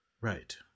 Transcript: Right